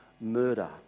murder